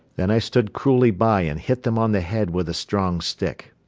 then i stood cruelly by and hit them on the head with a strong stick.